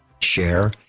share